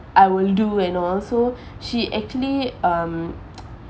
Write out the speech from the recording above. I will do and all so she actually um